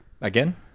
again